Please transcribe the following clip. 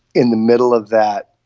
in the middle of that